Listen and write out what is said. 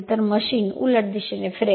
तर मशीन उलट दिशेने फिरेल